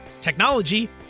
technology